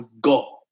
God